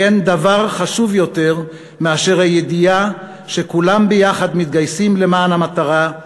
כי אין דבר חשוב יותר מהידיעה שכולם ביחד מתגייסים למען המטרה,